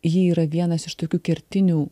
ji yra vienas iš tokių kertinių